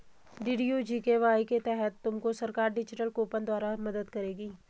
DDU GKY के तहत तुमको सरकार डिजिटल कूपन द्वारा मदद करेगी